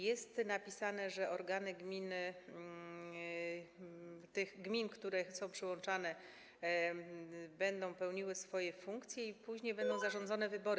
Jest napisane, że organy gminy czy tych gmin, które są przyłączane, będą pełniły swoje funkcje, a później będą zarządzone wybory.